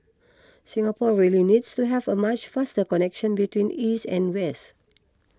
Singapore really needs to have a much faster connection between east and west